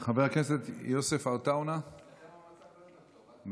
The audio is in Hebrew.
חבר הכנסת יוסף עטאונה, בבקשה.